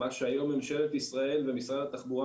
מה שהיום ממשלת ישראל ומשרד התחבורה,